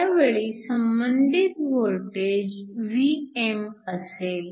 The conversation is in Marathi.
त्यावेळी संबंधित वोल्टेज Vmअसेल